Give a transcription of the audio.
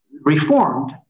reformed